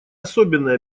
особенные